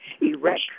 Erect